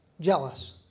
jealous